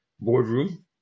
boardroom